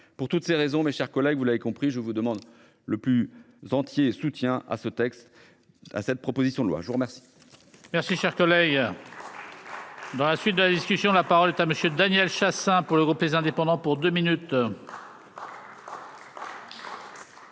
pour toutes ces raisons, mes chers collègues, vous l'avez compris, je vous demande le plus entier soutien à ce texte à cette proposition de loi, je vous remercie. Merci cher collègue. Dans la suite de la discussion, la parole est à Monsieur Daniel Chassain. Pour le groupe les indépendants pour 2 minutes. Monsieur